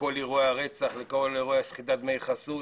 בכל אירועי הרצח וסחיטת דמי חסות